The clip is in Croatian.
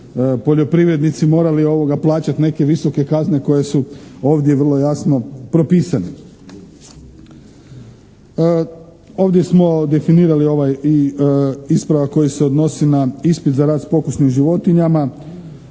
poljoprivrednici morali plaćati neke visoke kazne koje su ovdje vrlo jasno propisane. Ovdje smo definirali ovaj i ispravak koji se odnosi na ispit za rad s pokusnim životinjama